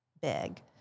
big